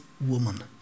Woman